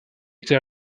été